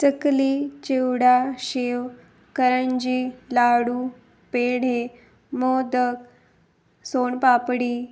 चकली चिवडा शेव करजी लाडू पेढे मोदक सोन पापडी